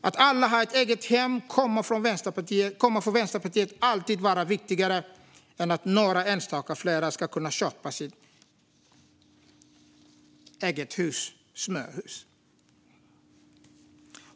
Att alla har ett eget hem kommer för Vänsterpartiet alltid att vara viktigare än att några fler enstaka människor ska kunna köpa sitt eget småhus.